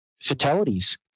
fatalities